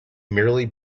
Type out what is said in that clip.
merely